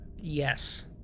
Yes